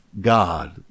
God